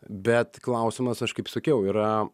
bet klausimas aš kaip sakiau yra